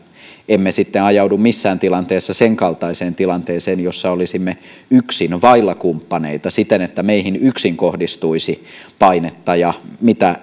emme sitten ajaudu missään tilanteessa sen kaltaiseen tilanteeseen jossa olisimme yksin vailla kumppaneita siten että meihin yksin kohdistuisi painetta mitä